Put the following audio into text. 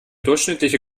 durchschnittliche